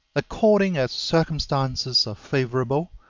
according as circumstances are favorable,